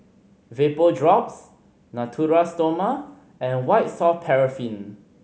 Vapodrops Natura Stoma and White Soft Paraffin